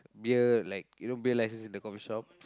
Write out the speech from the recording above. beer like you know beer license in the coffee shop